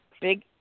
big